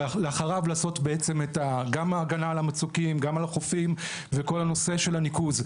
ולאחריו לעשות גם הגנה על המצוקים ועל החופים ונושא הניקוז.